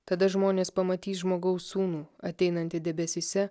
tada žmonės pamatys žmogaus sūnų ateinantį debesyse